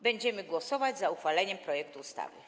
Będziemy głosować za uchwaleniem projektu ustawy.